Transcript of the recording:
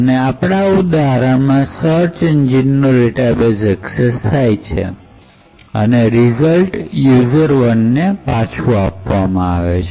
અને આપણા આ ઉદાહરણમાં સર્ચ એન્જિનનો ડેટાબેઝ એક્સસ થાય છે અને રીઝલ્ટ યુઝર ૧ ને પાછું આપવામાં આવે છે